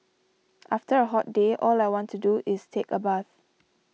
after a hot day all I want to do is take a bath